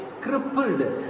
crippled